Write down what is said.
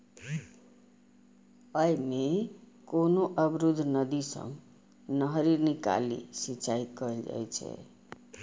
अय मे कोनो अवरुद्ध नदी सं नहरि निकालि सिंचाइ कैल जाइ छै